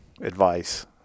advice